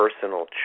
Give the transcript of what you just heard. Personal